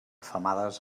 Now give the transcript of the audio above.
femades